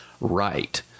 right